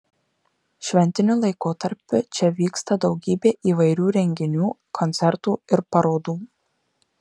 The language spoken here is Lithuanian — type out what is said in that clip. šventiniu laikotarpiu čia vyksta daugybė įvairių renginių koncertų ir parodų